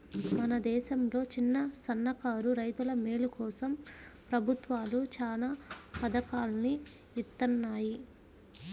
మన దేశంలో చిన్నసన్నకారు రైతుల మేలు కోసం ప్రభుత్వాలు చానా పథకాల్ని ఇత్తన్నాయి